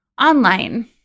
online